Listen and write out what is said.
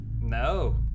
No